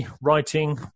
writing